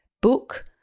book